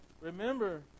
Remember